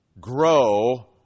grow